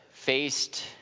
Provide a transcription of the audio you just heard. faced